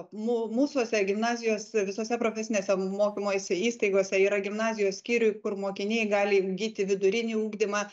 mū mūsuose gimnazijos visose profesinėse mokymosi įstaigose yra gimnazijos skyriai kur mokiniai gali įgyti vidurinį ugdymą